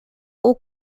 aux